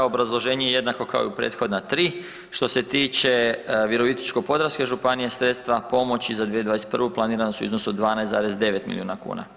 Obrazloženje jednako kao i u prethodna 3. Što se tiče Virovitičko-podravske županije, sredstva pomoći za 2021. planirana su u iznosu od 12,9 milijuna kuna.